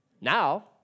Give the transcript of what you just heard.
Now